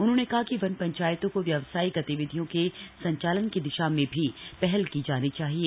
उन्होंने कहा कि वन पंचायतों को व्यावसायिक गतिविधियों के संचालन की दिशा में भी पहल की जानी चाहिए